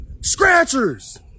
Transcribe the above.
Scratchers